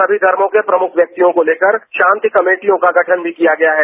सभी धर्मों के प्रमुख व्यक्तियों को लेकर शांति कमेटियों का गठन भी किया गया है